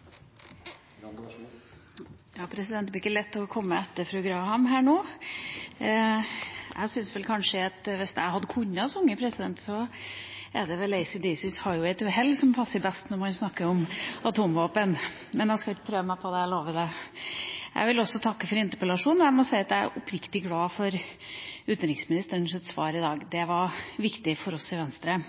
innlegg, så det går bra. Det blir ikke lett å komme etter fru Graham her nå. Hvis jeg hadde kunnet synge, er det vel AC/DCs Highway to Hell som passer best når man snakker om atomvåpen. Men jeg skal ikke prøve meg på det – jeg lover det! Jeg vil også takke for interpellasjonen, og jeg må si at jeg er oppriktig glad for utenriksministerens svar i dag. Det var viktig for oss i Venstre.